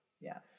Yes